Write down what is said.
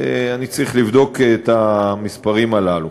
אני צריך לבדוק את המספרים הללו.